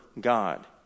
God